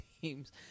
teams